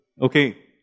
Okay